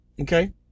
Okay